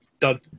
Done